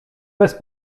bez